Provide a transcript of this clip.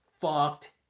fucked